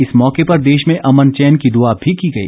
इस मौके पर देश में अमन चैन की दुआ भी की गई